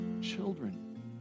children